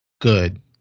good